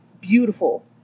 beautiful